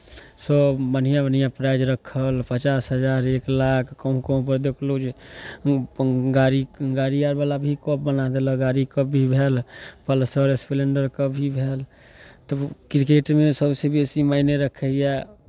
सभ बढ़िआँ बढ़िआँ प्राइज रखल पचास हजार एक लाख कहूँ कहूँपर देखलहुँ जे गाड़ी गाड़ी आर वला भी कप बना देलक गाड़ी कप भी भेल पल्सर स्पलेंडर कप भी भेल तऽ क्रिकेटमे सभसँ बेसी मायने रखैए